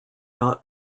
not